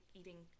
eating